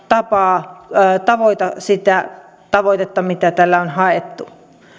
tapaa tavoita sitä tavoitetta mitä tällä on haettu